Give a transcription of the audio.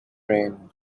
rain